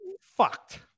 fucked